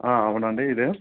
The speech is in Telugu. అవునండి ఇదే